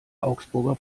augsburger